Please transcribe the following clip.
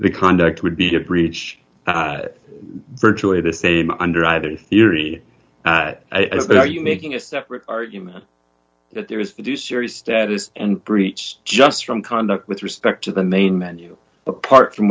the conduct would be a breach virtually the same under either theory as they are you making a separate argument that there is to do serious status and breach just from conduct with respect to the main menu apart from